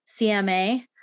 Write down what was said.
CMA